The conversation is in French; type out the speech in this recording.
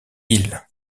îles